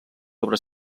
sobre